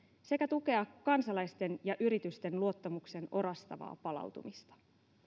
sekä tukea kansalaisten ja yritysten luottamuksen orastavaa palautumista